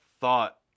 thought